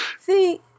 See